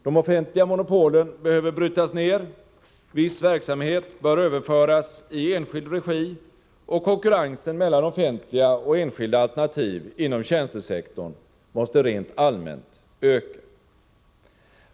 De offentliga monopolen behöver brytas ned, viss verksamhet bör överföras i enskild regi, och konkurrensen mellan offentliga och enskilda alternativ inom tjänstesektorn måste rent allmänt öka.